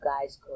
guys